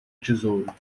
tesouro